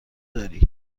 داری